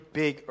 big